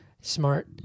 Smart